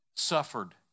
suffered